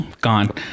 Gone